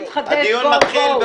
הדיון מתחיל.